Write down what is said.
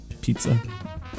Pizza